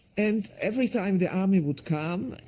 and every time the army would come,